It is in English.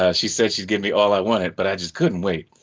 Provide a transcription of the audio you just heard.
ah she said she'd give me all i wanted but i just couldn't wait.